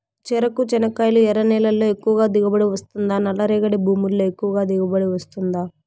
చెరకు, చెనక్కాయలు ఎర్ర నేలల్లో ఎక్కువగా దిగుబడి వస్తుందా నల్ల రేగడి భూముల్లో ఎక్కువగా దిగుబడి వస్తుందా